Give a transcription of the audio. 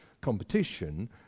competition